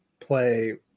play –